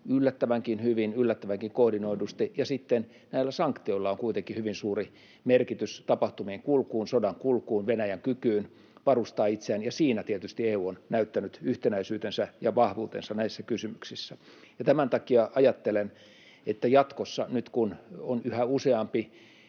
yllättävänkin hyvin, yllättävänkin koordinoidusti. Ja sitten näillä sanktioilla on kuitenkin hyvin suuri merkitys tapahtumien kulkuun, sodan kulkuun, Venäjän kykyyn varustaa itseään, ja näissä kysymyksissä EU on tietysti näyttänyt yhtenäisyytensä ja vahvuutensa. Ja tämän takia ajattelen, että jatkossa, nyt kun on yhä useampi